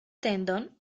tendon